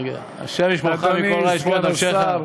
"ה' ישמרך מכל רע, ישמֹר את נפשך.